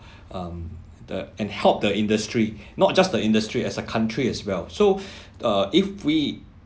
um the and help the industry not just the industry as a country as well so uh if